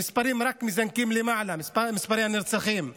המספרים רק מזנקים למעלה, מספרי הנרצחים.